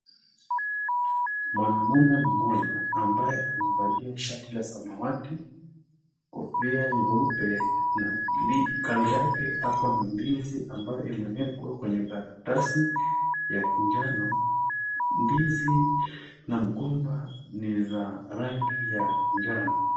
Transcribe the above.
Mwanamume mmoja ambaye amevalia shati la samawati, kofia nyeupe na kando yake ako na ndizi ambayo imewekwa kwenye karatasi ya kinjano. Ndizi na mgomba ni za rangi ya njano.